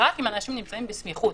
רק אם אנשים נמצאים בסמיכות.